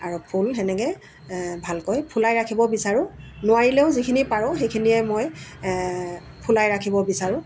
আৰু ফুল সেনেকৈ ভালকৈ ফুলাই ৰাখিব বিচাৰোঁ নোৱাৰিলেও যিখিনি পাৰোঁ সেইখিনিয়ে মই ফুলাই ৰাখিব বিচাৰোঁ